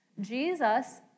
Jesus